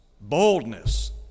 Boldness